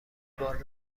بارم